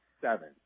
seven